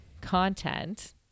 content